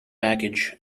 package